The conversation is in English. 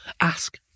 ask